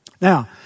Now